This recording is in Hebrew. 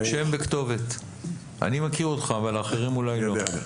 שם וכתובת, אני מכיר אותך אבל האחרים אולי לא.